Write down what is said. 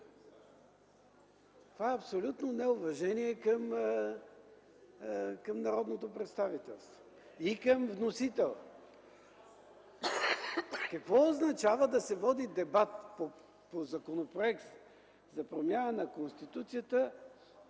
Това е абсолютно неуважение към народното представителство и към вносителя. Какво означава да се води дебат по Законопроекта за промяна на Конституцията